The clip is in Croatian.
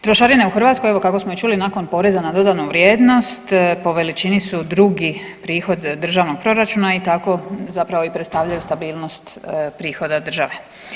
Trošarine u Hrvatskoj, evo kako smo čuli, nakon poreza na dodanu vrijednost po veličini su drugi prihod državnog proračuna i tako zapravo i predstavljaju stabilnost prihoda države.